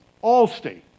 Allstate